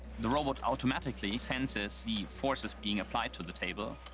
the robot automatically senses the forces being applied to the table.